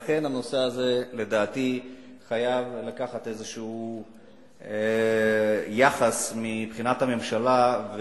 לכן הנושא הזה לדעתי חייב לקבל איזה יחס מבחינת הממשלה.